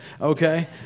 Okay